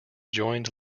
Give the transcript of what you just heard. joined